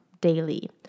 daily